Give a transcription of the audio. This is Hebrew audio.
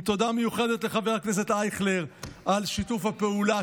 עם תודה מיוחדת לחבר הכנסת אייכלר על שיתוף הפעולה,